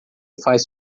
faz